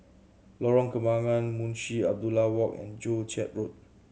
Lorong Kembangan Munshi Abdullah Walk and Joo Chiat Road